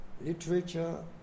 literature